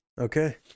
okay